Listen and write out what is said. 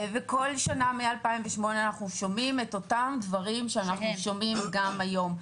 וכל שנה מ-2008 אנחנו שומעים את אותם דברים שאנחנו שומעים גם היום.